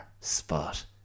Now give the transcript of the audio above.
spot